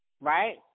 right